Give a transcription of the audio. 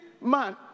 man